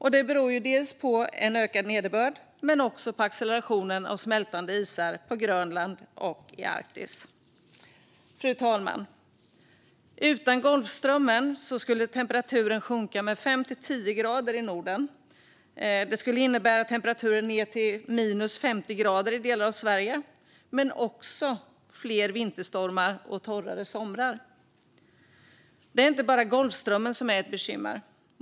Det beror dels på en ökad nederbörd, dels på accelerationen av smältande isar på Grönland och i Arktis. Fru talman! Utan Golfströmmen skulle temperaturen sjunka med 5-10 grader i Norden. Det skulle innebära temperaturer ned till minus 50 grader i delar av Sverige samt fler vinterstormar och torrare somrar. Det är inte bara Golfströmmen som är ett bekymmer.